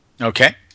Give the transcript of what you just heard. Okay